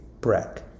Breck